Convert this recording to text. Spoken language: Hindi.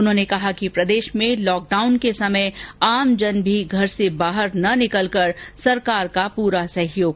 उन्होंने कहा कि प्रदेश में लॉकडाउन के समय आमजन भी घर से बाहर न निकलकर सरकार का पुरा सहयोग करें